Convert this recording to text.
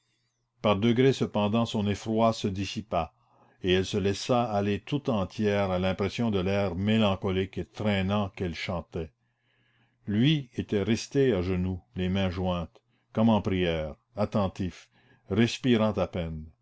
par degrés cependant son effroi se dissipa et elle se laissa aller tout entière à l'impression de l'air mélancolique et traînant qu'elle chantait lui était resté à genoux les mains jointes comme en prière attentif respirant à peine